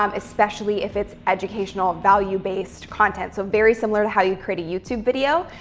um especially if it's educational, value-based content. so, very similar to how you create a youtube video,